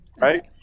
Right